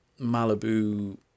Malibu